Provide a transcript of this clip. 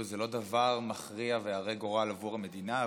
זה לא דבר מכריע והרה גורל עבור המדינה,